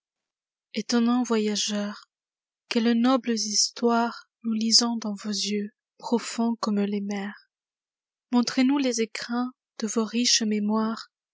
étonnants voyageurs quelles nobles histoiresnous lisons dans vos yeux profonds comme les mers montrez nous les écrins de vos riches mémoires